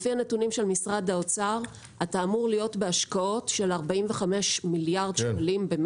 לפי הנתונים של משרד האוצר אתה אמור להיות בהשקעות של 45 מיליארד שקלים,